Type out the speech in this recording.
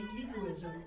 egoism